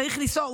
צריך לנסוע,